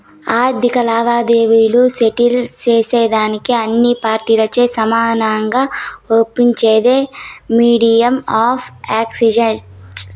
ఆర్థిక లావాదేవీలు సెటిల్ సేసేదానికి అన్ని పార్టీలచే సమానంగా ఒప్పించేదే మీడియం ఆఫ్ ఎక్స్చేంజ్